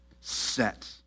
set